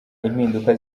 impinduka